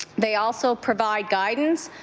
they also provide guidance,